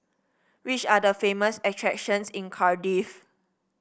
which are the famous attractions in Cardiff